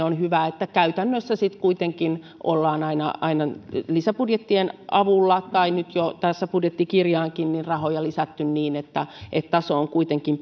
on hyvä että käytännössä sitten kuitenkin ollaan aina aina lisäbudjettien avulla tai nyt jo tässä budjettikirjaankin rahoja lisätty niin että että taso on kuitenkin